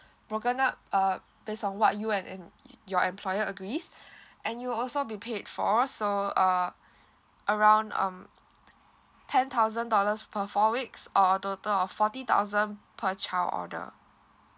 broken up uh based on what you and and your employer agrees and you'll also be paid for so uh around um ten thousand dollars per four weeks or a total of forty thousand per child order